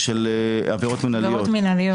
של עבירות מנהליות.